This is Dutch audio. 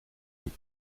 doet